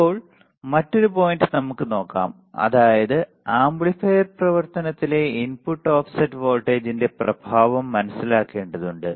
ഇപ്പോൾ മറ്റൊരു പോയിന്റ് നമുക്ക് നോക്കാം അതായത് ആംപ്ലിഫയർ പ്രവർത്തനത്തിലെ ഇൻപുട്ട് ഓഫ്സെറ്റ് വോൾട്ടേജിന്റെ പ്രഭാവം മനസിലാക്കേണ്ടതുണ്ട്